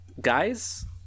guys